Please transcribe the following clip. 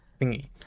thingy